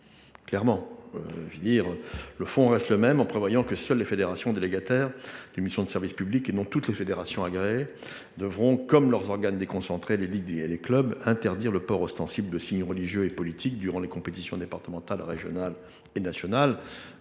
rien au fond. Certes, seules les fédérations délégataires d’une mission de service public, et non toutes les fédérations agréées, devront, comme leurs organes déconcentrés, les ligues et les clubs, interdire le port ostensible de signes religieux et politiques durant les compétitions départementales, régionales et nationales.